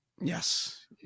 yes